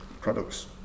products